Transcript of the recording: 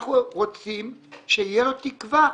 אנחנו רוצים שתהיה לו תקווה,